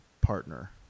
partner